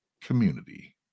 community